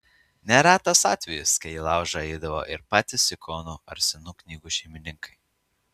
neretas atvejis kai į laužą eidavo ir patys ikonų ar senų knygų šeimininkai